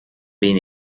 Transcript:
been